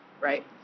right